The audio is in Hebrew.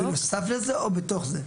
בנוסף לזה או בתוך זה?